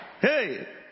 Hey